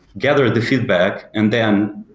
gather the feedback and then,